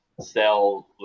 sell